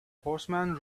horseman